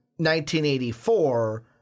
1984